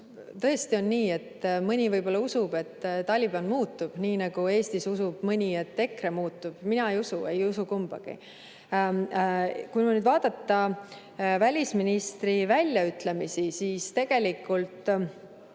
tõesti on nii, et mõni võib-olla usub, et Taliban muutub, nii nagu Eestis mõni usub, et EKRE muutub. Mina ei usu, ei usu kumbagi. Kui nüüd vaadata välisministri väljaütlemisi, siis tegelikult